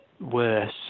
worse